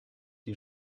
die